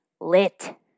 lit